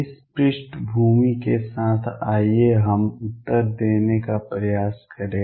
इस पृष्ठभूमि के साथ आइए अब उत्तर देने का प्रयास करें